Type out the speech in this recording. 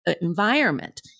environment